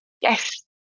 Yes